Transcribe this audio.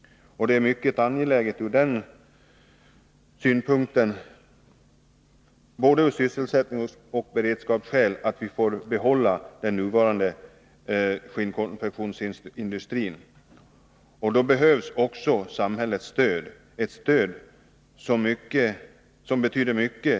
Av såväl sysselsättningssom beredskapsskäl är det mycket angeläget att vi kan behålla den nuvarande skinnkonfektionsindustrin. Då behövs också samhällets stöd. Äldrestödet betyder i det sammanhanget mycket.